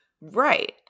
Right